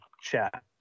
chat